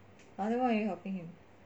!huh! then why are you helping him